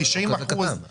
90% --- זה לא קטן,